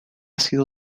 sido